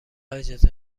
اجازه